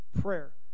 prayer